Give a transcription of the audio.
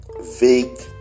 vague